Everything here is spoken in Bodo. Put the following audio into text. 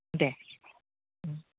देह